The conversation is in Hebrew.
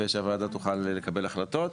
ושהוועדה תוכל לקבל החלטות.